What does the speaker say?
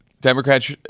Democrats